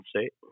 State